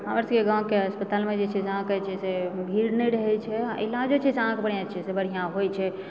हमर सबके गाँवके अस्पतालमे जे छै से अहाँ कहय छै जे भीड़ नहि रहय छै आ इलाज जे छै से बढ़िआँ होइत छै